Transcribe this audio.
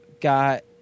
got